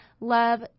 love